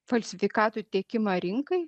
falsifikatų tiekimą rinkai